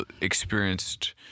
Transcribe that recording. experienced